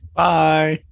bye